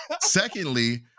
Secondly